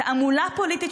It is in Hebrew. תעמולה פוליטית,